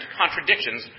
contradictions